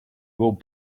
will